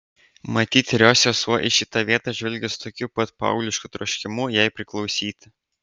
matyt ir jos sesuo į šitą vietą žvelgė su tokiu pat paauglišku troškimu jai priklausyti